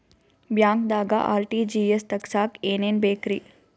ಬ್ಯಾಂಕ್ದಾಗ ಆರ್.ಟಿ.ಜಿ.ಎಸ್ ತಗ್ಸಾಕ್ ಏನೇನ್ ಬೇಕ್ರಿ?